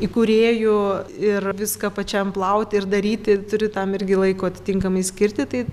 įkūrėju ir viską pačiam plaut ir daryti turi tam irgi laiko atitinkamai skirti tai